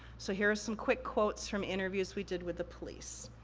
so, here are some quick quotes from interviews we did with the police.